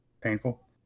painful